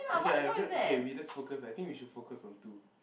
okay I've fe~ okay we just focus I think we should focus on two